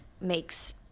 makes